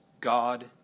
God